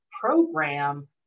program